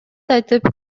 айтып